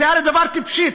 זה הרי דבר טיפשי.